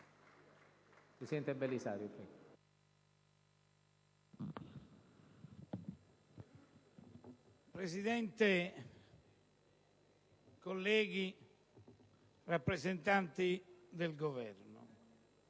Presidente, colleghi, rappresentanti del Governo,